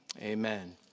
amen